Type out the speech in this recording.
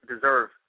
deserve